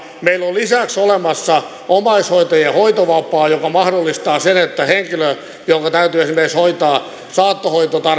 meillä on lisäksi olemassa omaishoitajien hoitovapaa joka mahdollistaa sen että henkilöllä jonka täytyy esimerkiksi hoitaa vaikkapa saattohoidon